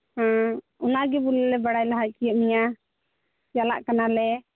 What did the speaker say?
ᱦᱮᱸ ᱚᱱᱟᱜᱮ ᱵᱚᱞᱮ ᱞᱮ ᱵᱟᱲᱟᱭ ᱞᱟᱦᱟ ᱦᱚᱪᱚᱭᱮᱫ ᱢᱮᱭᱟ ᱪᱟᱞᱟᱜ ᱠᱟᱱᱟᱞᱮ